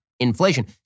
inflation